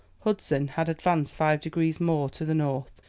hudson had advanced five degrees more to the north,